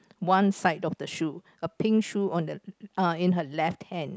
one side of the shoe a pink shoe on the uh in her left hand